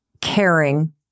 caring